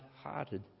hearted